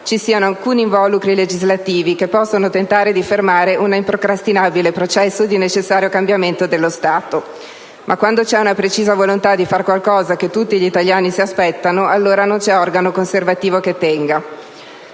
ci siano alcuni involucri legislativi che possono tentare di fermare un improcrastinabile processo di necessario cambiamento dello Stato; ma quando c'è una precisa volontà di far qualcosa che tutti gli italiani si aspettano, allora non c'è organo conservativo che tenga,